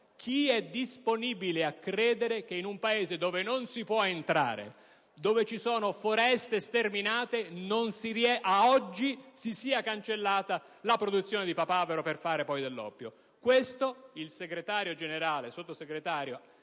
chi è disponibile a credere che, in un Paese dove non si può entrare e dove vi sono foreste sterminate, a oggi si sia cancellata la produzione di papavero per fare oppio.